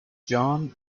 john